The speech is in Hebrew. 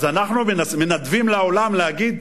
אז אנחנו מנדבים לעולם להגיד,